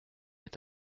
est